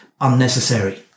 unnecessary